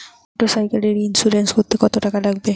মোটরসাইকেলের ইন্সুরেন্স করতে কত টাকা লাগে?